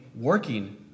working